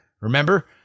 Remember